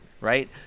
Right